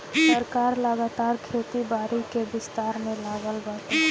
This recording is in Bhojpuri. सरकार लगातार खेती बारी के विस्तार में लागल बाटे